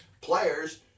players